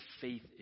faith